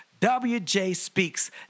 WJSpeaks